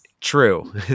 true